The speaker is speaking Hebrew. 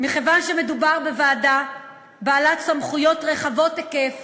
מכיוון שמדובר בוועדה בעלת סמכויות רחבות היקף